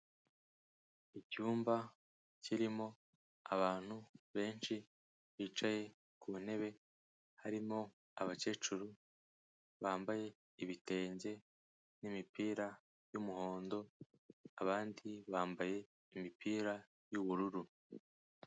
Icyumba kirimo abantu benshi bicaye ku ntebe, harimo abakecuru bambaye ibitenge n'imipira y'umuhondo, abandi bambaye imipira y'ubururu.